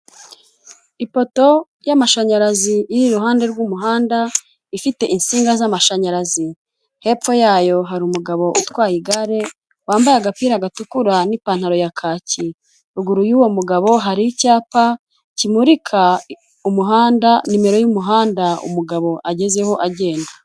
Ipoto y'amashanyarazi iri iruhande rw'umuhanda ifite insinga z'mashanyarazi, hepfo yayo hari umugabo utwaye igare wambaye agapira gatukura n'ipantaro ya kaki, ruguru y'uwo mugabo hari icyapa kimurika umuhanda nimero y'umuhanda umugabo agezeho agenda.